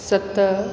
सत